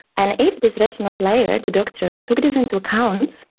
and if this rational player, the doctor, took this into account,